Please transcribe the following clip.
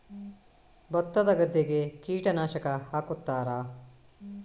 ಭತ್ತದ ಗದ್ದೆಗೆ ಕೀಟನಾಶಕ ಹಾಕುತ್ತಾರಾ?